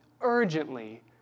urgently